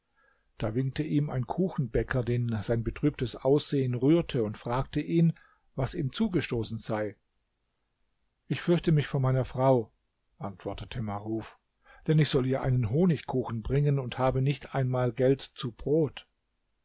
da winkte ihm ein kuchenbäcker den sein betrübtes aussehen rührte und fragte ihn was ihm zugestoßen sei ich fürchte mich vor meiner frau antwortete maruf denn ich soll ihr einen honigkuchen bringen und habe nicht einmal geld zu brot